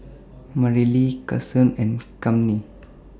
Marilee Kason and Cammie